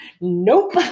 Nope